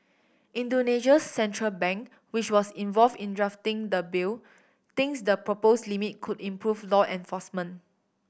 Indonesia's central bank which was involved in drafting the bill thinks the propose limit could improve law enforcement